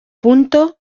punto